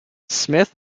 smith